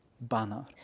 banner